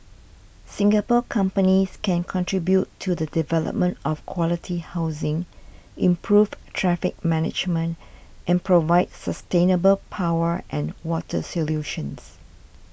singapore companies can contribute to the development of quality housing improve traffic management and provide sustainable power and water solutions